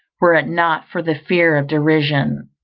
were it not for the fear of derision.